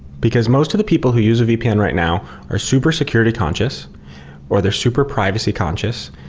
because most of the people who use a vpn right now are super security conscious or they're super privacy conscious.